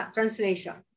Translation